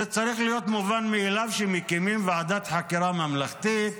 צריך להיות מובן מאליו שמקימים ועדת חקירה ממלכתית,